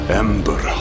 ember